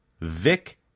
Vic